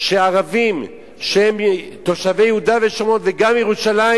שערבים שהם תושבי יהודה ושומרון, וגם ירושלים,